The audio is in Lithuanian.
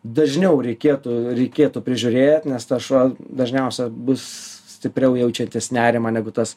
dažniau reikėtų reikėtų prižiūrėt nes tas šuo dažniausia bus stipriau jaučiantis nerimą negu tas